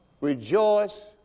Rejoice